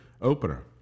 opener